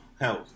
health